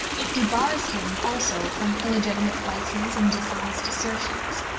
it debars him also from illegitimate license and dishonest assertions.